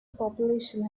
population